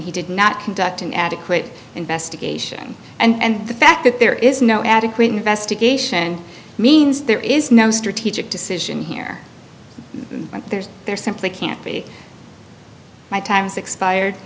he did not conduct an adequate investigation and the fact that there is no adequate investigation means there is no strategic decision here and there's there simply can't be my time's expired